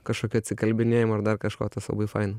kažkokių atsikalbinėjimų ir dar kažko tas labai faina